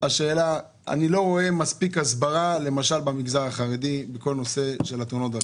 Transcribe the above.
אני לא רואה מספיק הסברה במגזר החרדי בכל הנושא של תאונות הדרכים.